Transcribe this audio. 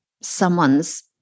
someone's